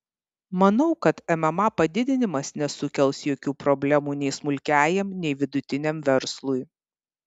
manau kad mma padidinimas nesukels jokių problemų nei smulkiajam nei vidutiniam verslui